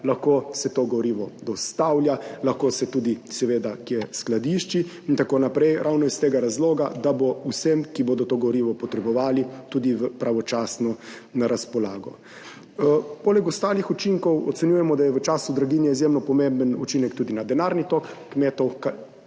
lahko se to gorivo dostavlja, lahko se tudi seveda kje skladišči itn., ravno iz tega razloga, da bo vsem, ki bodo to gorivo potrebovali, tudi pravočasno na razpolago. Poleg ostalih učinkov ocenjujemo, da je v času draginje izjemno pomemben učinek tudi na denarni tok kmetov.